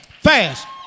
fast